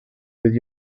with